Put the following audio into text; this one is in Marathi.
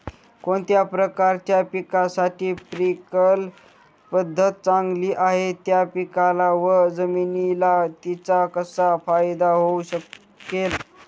कोणत्या प्रकारच्या पिकासाठी स्प्रिंकल पद्धत चांगली आहे? त्या पिकाला व जमिनीला तिचा कसा फायदा होऊ शकेल?